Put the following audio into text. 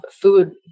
food